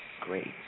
Great